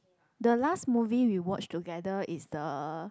the last movie we watch together is the